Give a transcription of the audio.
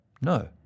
No